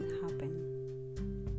happen